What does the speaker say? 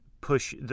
push